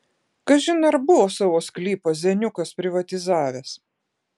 kažin ar buvo savo sklypą zeniukas privatizavęs